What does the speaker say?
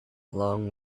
long